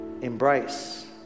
embrace